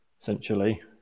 essentially